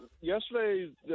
Yesterday